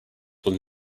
will